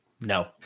No